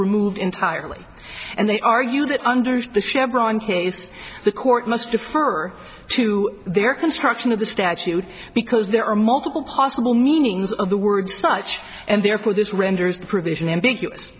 removed entirely and they argue that under the chevron case the court must defer to their construction of the statute because there are multiple possible meanings of the word such and therefore this renders provision ambiguous